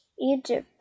Egypt